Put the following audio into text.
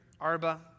Arba